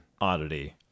Oddity